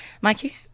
Mikey